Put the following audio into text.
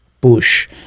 Bush